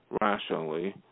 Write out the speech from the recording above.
rationally